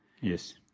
Yes